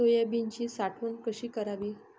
सोयाबीनची साठवण कशी करावी?